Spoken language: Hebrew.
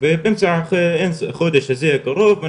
ואחרי החודש הזה הקרוב,